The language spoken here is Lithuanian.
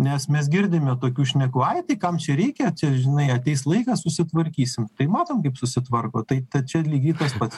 nes mes girdime tokių šnekų ai tai kam čia reikia čia žinai ateis laikas susitvarkysim tai matom kaip susitvarko tai ta čia lygiai tas pats